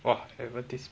!wah! advertis~